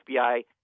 FBI